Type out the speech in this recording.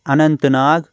Anant Nag